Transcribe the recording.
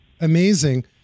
amazing